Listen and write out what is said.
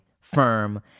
firm